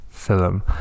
film